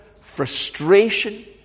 frustration